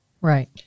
Right